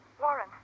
Warren